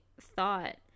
thought